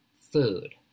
food